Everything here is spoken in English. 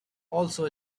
also